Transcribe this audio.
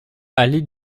allée